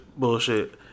Bullshit